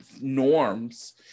norms